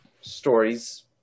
stories